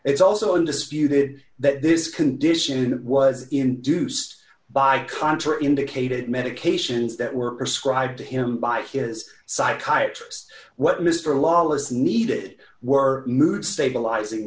it's also indisputed that this condition was induced by contra indicated medications that were described to him by his psychiatry what mr lawless needed were mood stabilising